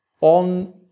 on